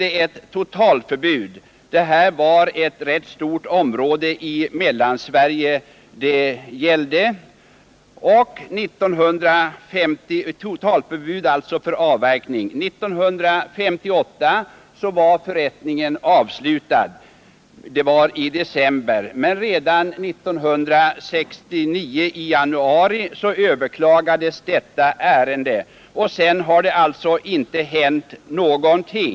Så är emellertid inte alltid fallet för närvarande. För att belysa de rådande förhållandena skall här nämnas ett exempel på ägoutbyte av skogsskiften inom ett område i Mellansverige, som sattes i gång under stor uppmärksamhet i slutet av 1950-talet. År 1966 utfärdades avverkningsförbud, för att förrättningen skulle kunna genomföras. Förrättningen avslutades den 30 december 1968. Den 23 januari 1969 ingavs till ägodelningsrätten besvär över förrättningen, varefter handlingarna den 29 januari 1969 överlämnades till överlantmätaren som har att yttra sig. Ytterligare har ärendet ej avancerat och någon avverkning har således inte fått äga rum sedan 1966 på de skogsskiften som är berörda av besvären.